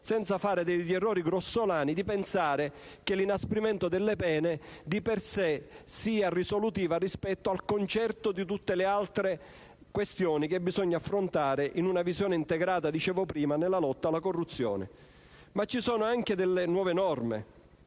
senza commettere l'errore grossolano di pensare che l'inasprimento delle pene di per sé sia risolutivo rispetto al concerto di tutte le altre questioni che bisogna affrontare in una visione integrata della lotta alla corruzione. Ma ci sono anche delle nuove norme.